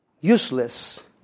useless